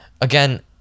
again